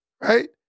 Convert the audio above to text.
right